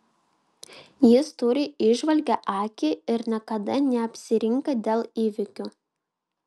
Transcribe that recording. jis turi įžvalgią akį ir niekada neapsirinka dėl įvykių